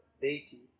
deity